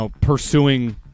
pursuing